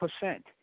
percent